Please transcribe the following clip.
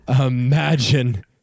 Imagine